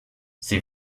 sie